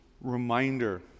reminder